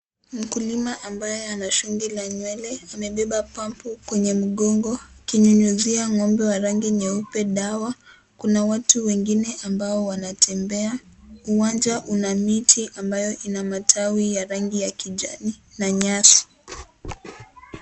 Mkulima ambaye ana shungi la nywele amebeba pampu kwenye mkongo akinyunyuzia ngone wa rangi nyeupe dawa. Kuna watu wengine ambao wanatembea , uwanja Una miti ambayo ina matawi ya rangi ya kijani na nyasi.